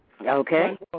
Okay